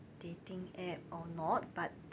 dating app or not but